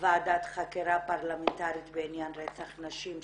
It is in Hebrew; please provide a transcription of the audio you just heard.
ועדת חקירה פרלמנטרית בעניין רצח נשים,